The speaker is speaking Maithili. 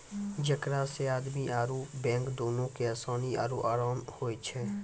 जेकरा से आदमी आरु बैंक दुनू के असानी आरु अराम होय छै